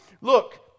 look